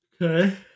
okay